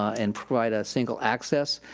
and provide a single access.